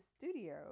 studio